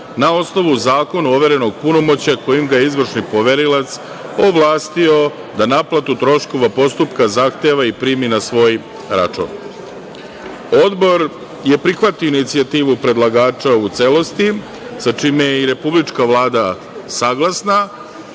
na osnovu zakona, overenog punomoćja kojim ga je izvršni poverilac ovlastio da naplatu troškova postupka zahteva i primi na svoj račun. Odbor je prihvatio inicijativu predlagača u celosti sa čime je i Republička vlada saglasna,